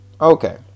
Okay